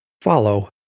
Follow